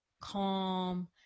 calm